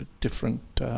different